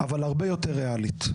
אבל הרבה יותר ריאלית.